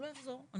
לא יחזור.